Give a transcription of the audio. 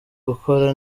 gukora